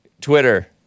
Twitter